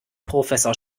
professor